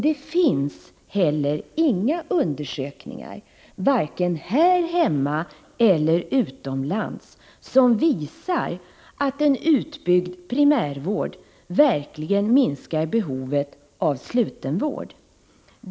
Det finns heller inga undersökningar, varken här hemma eller utomlands, som visar att en utbyggd primärvård verkligen minskar behovet av sluten vård.